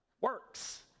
works